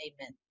Amen